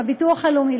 לביטוח הלאומי,